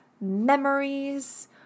memories